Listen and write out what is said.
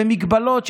במגבלות,